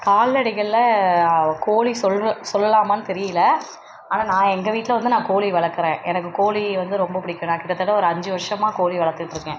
கால்நடைகளில் கோழி சொல்கிற சொல்லலாமான்னு தெரியல ஆனால் நான் எங்கள் வீட்டில் வந்து நான் கோழி வளர்க்குறேன் எனக்கு கோழி வந்து ரொம்ப பிடிக்கும் நான் கிட்டத்தட்ட ஒரு அஞ்சு வருடமா கோழி வளர்த்துட்ருக்கேன்